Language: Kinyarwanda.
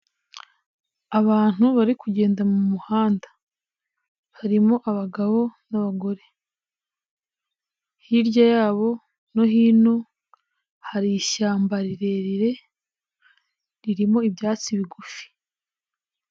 Abantu bari kugenda mu muhanda, harimo abagabo n'abagore, hirya yabo no hino hari ishyamba rirerire ririmo ibyatsi bigufi.